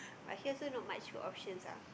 but here also not much food options ah